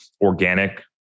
organic